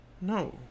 No